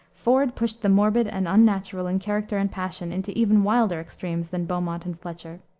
ford pushed the morbid and unnatural in character and passion into even wilder extremes than beaumont and fletcher.